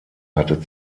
hatte